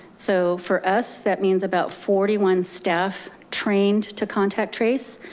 so for us, that means about forty one staff trained to contact trace.